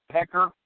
Pecker